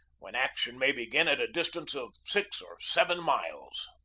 when action may begin at a distance of six or seven miles.